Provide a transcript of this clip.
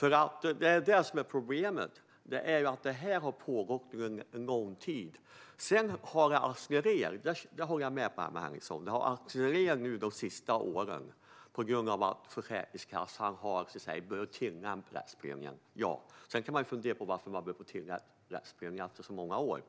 gjordes. Det som är problemet är att detta har pågått under lång tid. Sedan håller jag med Emma Henriksson om att detta har accelererat under de senaste åren på grund av att Försäkringskassan har börjat tillämpa det som rättsprövningen har lett fram till. Sedan kan man fundera på varför detta började tillämpas efter så många år.